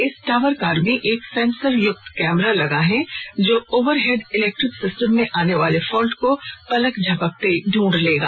इस tower car में एक सेंसर युक्त कैमरा लगा है जो ओवरहेड इलेक्ट्रिक सिस्टम में आने वाले फाल्ट को पलक झपकते ढूंढ लेगा